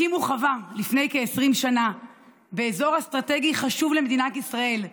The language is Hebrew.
הם הקימו חווה לפני כ-20 שנה באזור אסטרטגי חשוב למדינת ישראל.